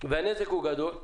והנזק גדול,